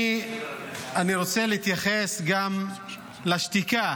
אני רוצה להתייחס גם לשתיקה